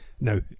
Now